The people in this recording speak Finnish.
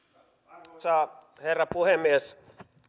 arvoisa herra puhemies